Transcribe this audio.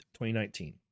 2019